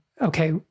okay